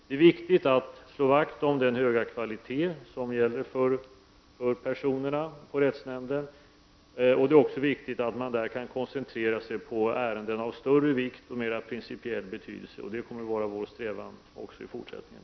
Det är viktigt att slå vakt om den höga kvaliteten hos de anställda på rättsnämnden. Det är också viktigt att man där kan koncentrera sig på ärenden av större vikt och mer principiell betydelse. Det kommer att vara vår strävan också i fortsättningen.